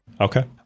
okay